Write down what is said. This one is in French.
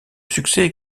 succès